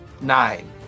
Nine